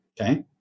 okay